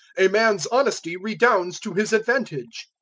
a man's honesty redounds to his advantage.